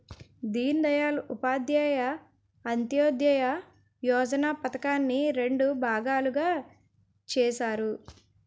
దీన్ దయాల్ ఉపాధ్యాయ అంత్యోదయ యోజన పధకాన్ని రెండు భాగాలుగా చేసారు